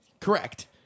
Correct